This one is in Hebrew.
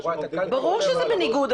ברור שזה בניגוד.